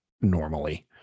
normally